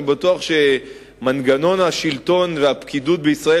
אני בטוח שעם מנגנון השלטון והפקידות בישראל,